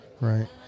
right